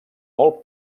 molt